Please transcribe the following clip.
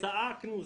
צעקנו,